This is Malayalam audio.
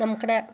നമ്മുടെ